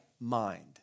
mind